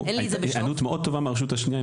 היתה היענות מאוד טובה מהרשות השנייה,